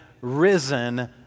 risen